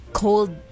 cold